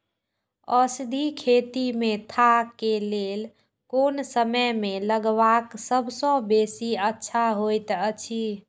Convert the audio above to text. औषधि खेती मेंथा के लेल कोन समय में लगवाक सबसँ बेसी अच्छा होयत अछि?